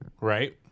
right